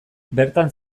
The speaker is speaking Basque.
bertan